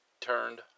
turned